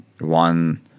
one